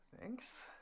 Thanks